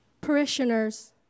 Parishioners